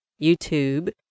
YouTube